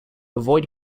avoid